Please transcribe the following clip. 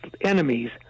enemies